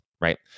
Right